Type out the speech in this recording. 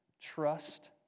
trust